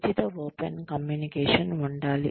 ఉచిత open communication ఉండాలి